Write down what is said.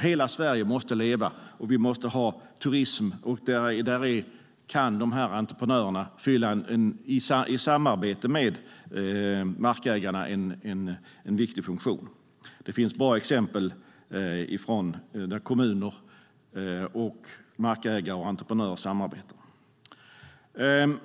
Hela Sverige måste leva, och vi måste ha turism. Där kan entreprenörerna i samarbete med markägarna fylla en viktig funktion. Det finns bra exempel där kommuner, markägare och entreprenörer samarbetar.